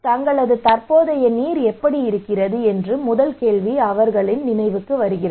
உங்கள் தற்போதைய நீர் எப்படி இருக்கிறது என்று முதல் கேள்வி அவர்களின் நினைவுக்கு வருகிறது